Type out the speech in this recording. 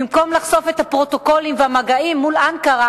במקום לחשוף את הפרוטוקולים והמגעים מול אנקרה,